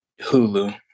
Hulu